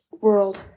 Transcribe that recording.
world